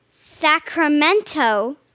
Sacramento